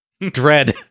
dread